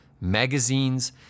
magazines